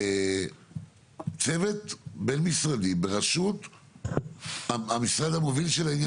צוות בין-משרדי בראשות המשרד המוביל של העניין הזה.